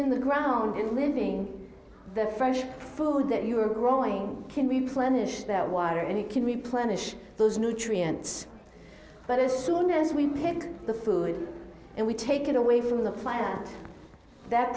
in the ground and living the fresh food that you are growing can replenish that water and it can replenish those nutrients but as soon as we pick the food and we take it away from the plant that